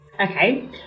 Okay